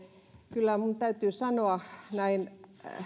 kyllä minun täytyy sanoa näin